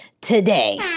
today